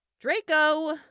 Draco